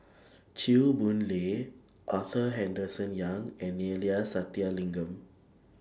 Chew Boon Lay Arthur Henderson Young and Neila Sathyalingam